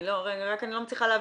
אני לא מצליחה להבין.